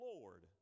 Lord